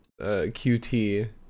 QT